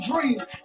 dreams